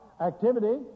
activity